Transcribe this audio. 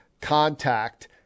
contact